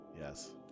Yes